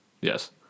Yes